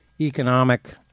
economic